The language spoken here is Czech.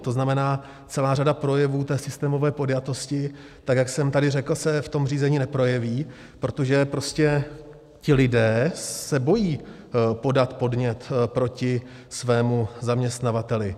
To znamená, celá řada projevů systémové podjatosti, tak jak jsem tady řekl, se v tom řízení neprojeví, protože prostě ti lidé se bojí podat podnět proti svému zaměstnavateli.